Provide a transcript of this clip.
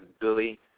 Billy